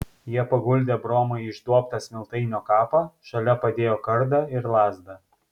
jie paguldė bromą į išduobtą smiltainio kapą šalia padėjo kardą ir lazdą